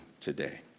today